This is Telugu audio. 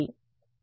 విద్యార్థి 0